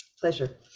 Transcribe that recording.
pleasure